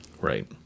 Right